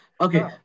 okay